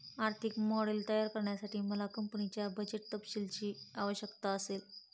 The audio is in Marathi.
आर्थिक मॉडेल तयार करण्यासाठी मला कंपनीच्या बजेट तपशीलांची आवश्यकता असेल